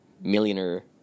Millionaire